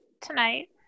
tonight